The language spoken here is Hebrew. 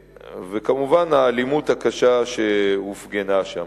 וכמובן, האלימות הקשה שהופגנה שם.